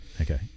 okay